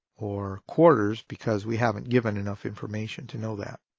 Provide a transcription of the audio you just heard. or quarters because we haven't given enough information to know that.